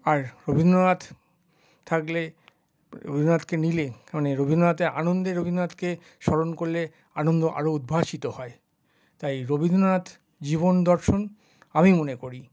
আর রবীন্দ্রনাথ থাকলে রবীন্দ্রনাথকে নিলে মানে রবীন্দ্রনাথে আনন্দে রবীন্দ্রনাথকে স্মরণ করলে আনন্দ আরো উদ্ভাসিত হয় তাই রবীন্দ্রনাথ জীবন দর্শন আমি মনে করি